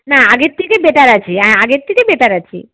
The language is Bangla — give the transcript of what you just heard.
না আগের থেকে বেটার আছি হ্যাঁ আগের থেকে বেটার আছি